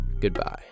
Goodbye